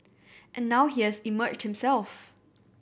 and now he has emerged himself